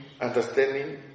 understanding